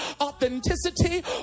authenticity